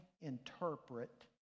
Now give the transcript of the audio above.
interpret